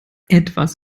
etwas